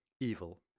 Evil